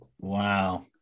Wow